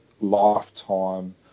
lifetime